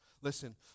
Listen